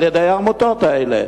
על-ידי העמותות האלה.